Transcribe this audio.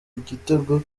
igitego